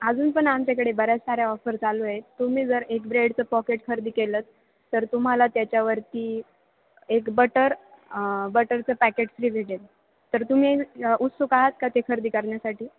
अजून पण आमच्याकडे बऱ्याच साऱ्या ऑफर चालू आहे तुम्ही जर एक ब्रेडचं पॉकेट खरेदी केलंंत तर तुम्हाला त्याच्यावरती एक बटर बटरचं पॅकेट फ्री भेटेल तर तुम्ही उत्सुक आहात का ते खरेदी करण्यासाठी